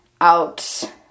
out